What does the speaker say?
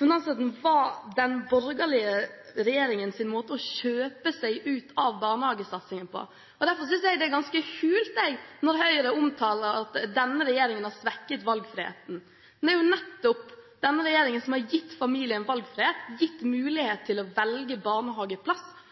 Kontantstøtten var den borgerlige regjeringens måte å kjøpe seg ut av barnehagesatsingen på, og derfor synes jeg det er ganske hult når Høyre sier at denne regjeringen har svekket valgfriheten. Det er nettopp denne regjeringen som har gitt familien valgfrihet, gitt mulighet til å velge barnehageplass,